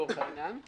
לצורך העניין,